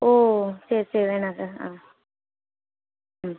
ஓ சரி சரி வேணாங்க ஆ ம்